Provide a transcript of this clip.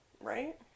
Right